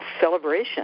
celebration